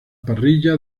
parrilla